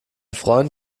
freund